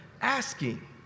asking